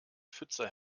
pfütze